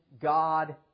God